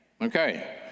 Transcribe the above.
Okay